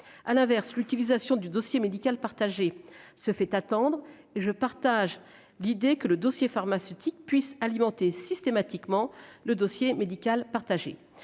À l'inverse, l'utilisation du dossier médical partagé se fait attendre. Je partage l'idée selon laquelle le dossier pharmaceutique pourrait alimenter systématiquement le dossier médical partagé.